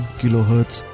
kilohertz